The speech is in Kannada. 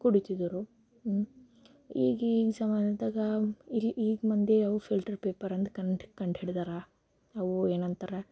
ಕುಡೀತಿದ್ರು ಈಗ ಈಗ ಜಮಾನದಾಗ ಇಲ್ಲಿ ಈಗ ಮಂದಿ ಅವು ಫಿಲ್ಟರ್ ಪೇಪರ್ ಅಂದ್ಕೊಂಡು ಕಂಡು ಹಿಡಿದಿರೋ ಅವು ಏನು ಅಂತಾರೆ